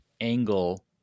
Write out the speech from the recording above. angle